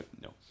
No